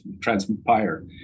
transpire